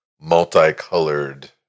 multicolored